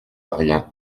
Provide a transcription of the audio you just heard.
rien